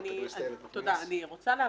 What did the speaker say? אני רוצה להבין: